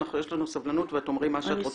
יש לנו סבלנות ואת תאמרי מה שאת רוצה,